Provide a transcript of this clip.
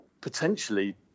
potentially